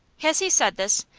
has he said this?